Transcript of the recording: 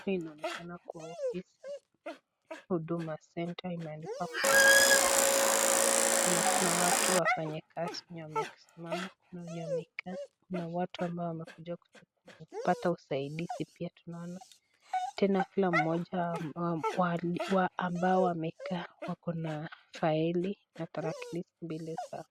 Hii inonekana kuwa Ofisi, Huduma Center imeandikwa kwenye ukuta. Tena kuna watu wafanyikazi wenye wamesimama, kuna wenye wamekaa, kuna watu ambao wamekuja kupata usaidizi pia tunaona. Tena kila mmoja wa ambao wali wa ambao wamekaa wako na fili na tarakilishi mbele zao.